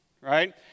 right